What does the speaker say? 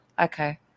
Okay